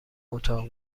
اتاق